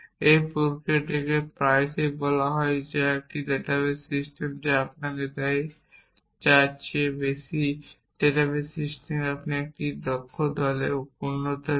এই প্রক্রিয়াটিকে প্রায়শই বলা হয় যা একটি ডাটাবেস সিস্টেম আপনাকে যা দেয় তার চেয়ে বেশি ডেটাবেস সিস্টেম আপনাকে একটি দক্ষ দলে পুনরুদ্ধার করে